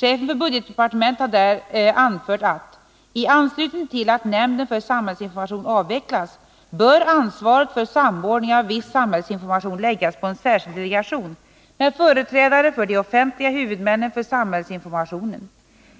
Chefen för budgetdepartementet har där anfört att — i anslutning till att nämnden för samhällsinformation avvecklas — ansvaret för samordning av viss samhällsinformation bör läggas på en särskild delegation med företrädare för de offentliga huvudmännen för samhällsinformationen.